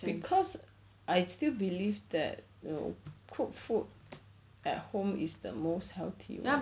cause I still believe that you know cooked food at home is the most healthy